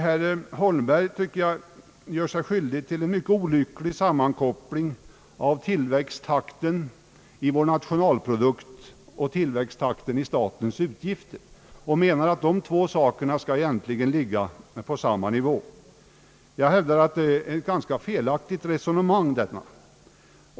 Herr Holmberg gör sig, tycker jag, skyldig till en mycket olycklig sammankoppling av tillväxttakten i vår nationalprodukt och tillväxttakten i statens utgifter. Han menar att de två sakerna skall följas åt. Jag hävdar däremot, att detta är ett felaktigt resonemang.